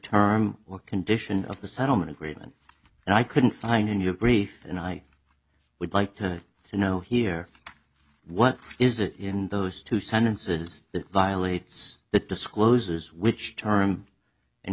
term or condition of the settlement agreement and i couldn't find in your brief and i would like her to know here what is in those two sentences that violates that discloses which term